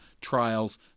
trials